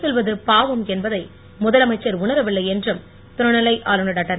சொல்வது பாவம் என்பதை முதலமைச்சர் உணரவில்லை என்றும் துணைநிலை ஆளுநர் டாக்டர்